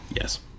Yes